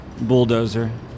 Bulldozer